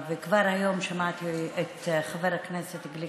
כבר שמעתי היום את חבר הכנסת גליק